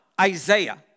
Isaiah